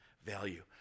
Value